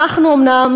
ואומנם,